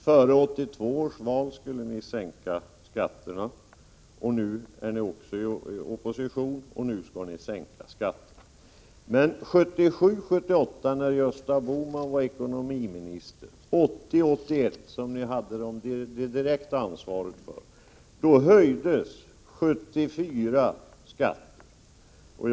Före 1982 års val skulle ni sänka skatterna. Nu är ni också i opposition, och nu skall ni sänka skatterna. Men 1977 81, då ni hade det direkta ansvaret, höjdes 74 skatter.